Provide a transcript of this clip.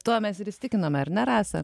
tuo mes ir įsitikinome ar ne rasa